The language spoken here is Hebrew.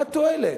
מה התועלת?